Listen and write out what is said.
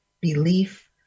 belief